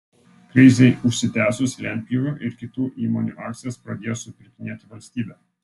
krizei užsitęsus lentpjūvių ir kitų įmonių akcijas pradėjo supirkinėti valstybė